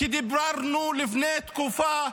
כשדיברנו לפני תקופה,